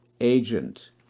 agent